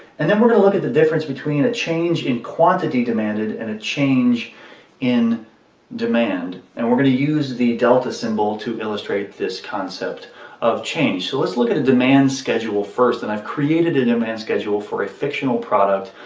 and then we're going to look at the difference between a chance in quantity demanded and a change in demand. and we're going to use the delta symbol to illustrate this concept of change. so let's look at a demand schedule first. and i've created a demand schedule for a fictional product.